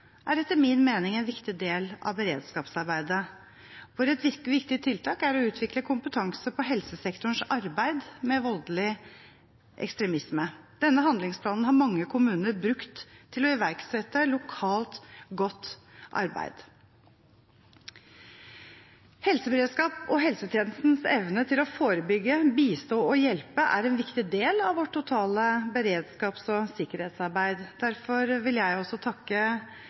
etter min mening er en viktig del av beredskapsarbeidet, hvor et viktig tiltak er å utvikle kompetanse på helsesektorens arbeid med voldelig ekstremisme. Denne handlingsplanen har mange kommuner brukt til å iverksette lokalt godt arbeid. Helseberedskap og helsetjenestens evne til å forebygge, bistå og hjelpe er en viktig del av vårt totale beredskaps- og sikkerhetsarbeid. Derfor vil jeg takke